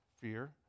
fear